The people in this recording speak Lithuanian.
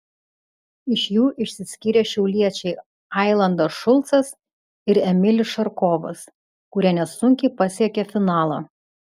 iš jų išsiskyrė šiauliečiai ailandas šulcas ir emilis šarkovas kurie nesunkiai pasiekė finalą